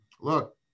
Look